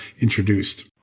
introduced